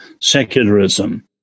secularism